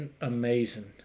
amazing